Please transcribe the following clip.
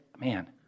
man